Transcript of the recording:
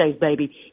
baby